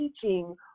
teaching